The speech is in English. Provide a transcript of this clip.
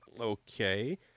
Okay